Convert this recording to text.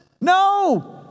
No